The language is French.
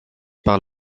par